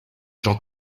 jean